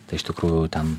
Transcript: tai iš tikrųjų ten